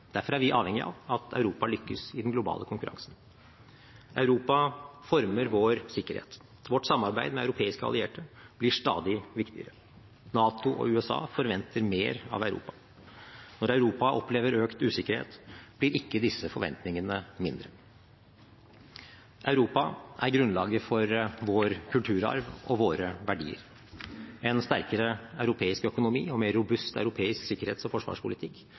Derfor er vi avhengige av at Europa lykkes i den globale konkurransen. Europa former vår sikkerhet. Vårt samarbeid med europeiske allierte blir stadig viktigere. NATO og USA forventer mer av Europa. Når Europa opplever økt usikkerhet, blir ikke disse forventningene mindre. Europa er grunnlaget for vår kulturarv og våre verdier. En sterkere europeisk økonomi og mer robust europeisk sikkerhets- og forsvarspolitikk